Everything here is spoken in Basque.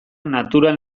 natural